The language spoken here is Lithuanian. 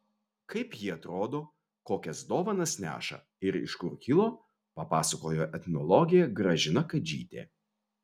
kaip ji atrodo kokias dovanas neša ir iš kur kilo papasakojo etnologė gražina kadžytė